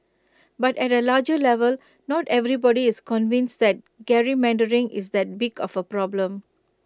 but at A larger level not everybody is convinced that gerrymandering is that big of A problem